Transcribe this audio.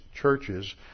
churches